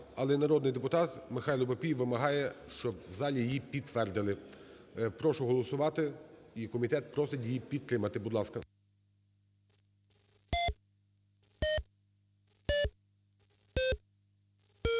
Але народний депутат Михайло Папієв вимагає, щоб в залі її підтвердили. Прошу голосувати, і комітет просить її підтримати. Будь ласка.